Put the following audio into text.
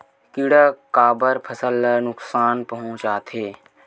किड़ा काबर फसल ल नुकसान पहुचाथे?